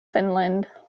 finland